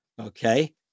Okay